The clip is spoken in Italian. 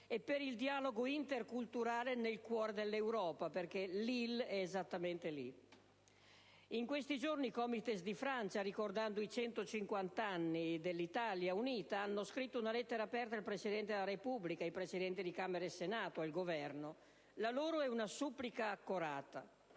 e per il dialogo interculturale nel cuore dell'Europa, perché Lille è esattamente lì. In questi giorni i COMITES di Francia, ricordando i 150 anni dell'Italia unita, hanno scritto una lettera aperta al Presidente della Repubblica, ai Presidenti di Camera e Senato e al Governo: la loro è una supplica accorata.